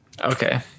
Okay